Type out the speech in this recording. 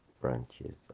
branches